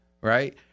right